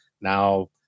now